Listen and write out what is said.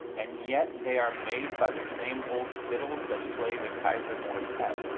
and yet they are made by the same old fiddles that play the kaiser quartet,